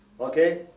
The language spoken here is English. Okay